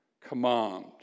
command